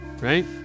right